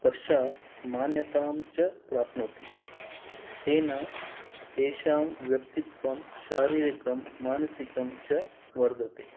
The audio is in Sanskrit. पश्चात् मान्यतां च प्राप्नोति तेन तेषां व्यक्तित्वं शारीरिकं मानसिकं च वर्धते